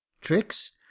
tricks